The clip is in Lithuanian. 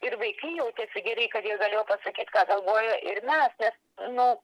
ir vaikai jautėsi gerai kad jie galėjo pasakyt ką galvoja ir mes nes nu